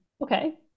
Okay